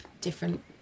different